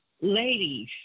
Ladies